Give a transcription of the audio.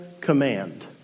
command